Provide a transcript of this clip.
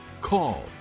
call